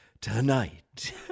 Tonight